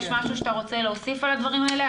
יש משהו שאתה רוצה להוסיף על הדברים האלה?